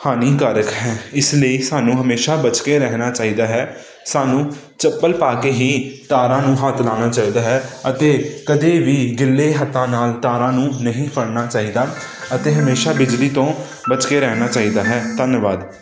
ਹਾਨੀਕਾਰਕ ਹੈ ਇਸ ਲਈ ਸਾਨੂੰ ਹਮੇਸ਼ਾ ਬਚ ਕੇ ਰਹਿਣਾ ਚਾਹੀਦਾ ਹੈ ਸਾਨੂੰ ਚੱਪਲ ਪਾ ਕੇ ਹੀ ਤਾਰਾਂ ਨੂੰ ਹੱਥ ਲਾਉਣਾ ਚਾਹੀਦਾ ਹੈ ਅਤੇ ਕਦੇ ਵੀ ਗਿੱਲੇ ਹੱਥਾਂ ਨਾਲ ਤਾਰਾਂ ਨੂੰ ਨਹੀਂ ਫੜਨਾ ਚਾਹੀਦਾ ਅਤੇ ਹਮੇਸ਼ਾ ਬਿਜਲੀ ਤੋਂ ਬਚ ਕੇ ਰਹਿਣਾ ਚਾਹੀਦਾ ਹੈ ਧੰਨਵਾਦ